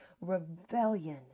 rebellion